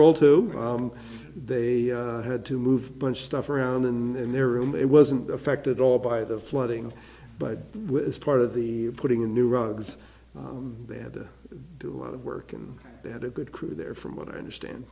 role too they had to move bunch of stuff around and their room it wasn't affected all by the flooding but as part of the putting in new rugs they had to do a lot of work and they had a good crew there from what i understand